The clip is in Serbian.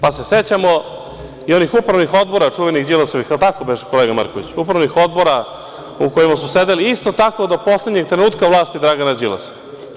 Pa, se sećamo i onih upravnih odbora čuvenih Đilasovih, jel tako beše kolega Markoviću, upravnih odbora u kojima su sedeli isto tako do poslednjeg trenutka vlasti Dragana Đilasa.